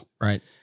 Right